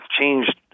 changed